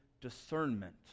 discernment